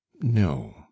no